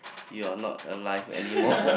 you are not alive anymore